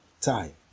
time